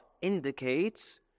indicates